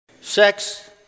sex